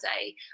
day